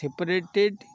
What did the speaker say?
separated